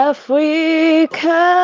Africa